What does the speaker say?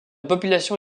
population